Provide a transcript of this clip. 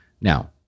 now